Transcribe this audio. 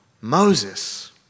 Moses